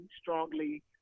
strongly